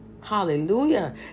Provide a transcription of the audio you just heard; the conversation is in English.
Hallelujah